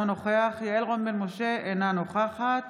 אינו נוכח יעל רון בן משה, אינה נוכחת